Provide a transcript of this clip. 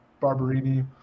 Barberini